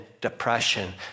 depression